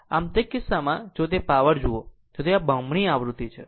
આમ હવે તે કિસ્સામાં જો તે પાવર જુઓ તો આ બમણી આવૃત્તિ છે